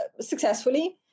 successfully